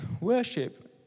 worship